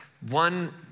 One